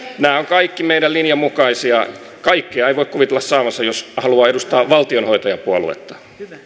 nämä ovat kaikki meidän linjamme mukaisia kaikkea ei voi kuvitella saavansa jos haluaa edustaa valtionhoitajapuoluetta arvoisa puhemies